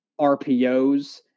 rpos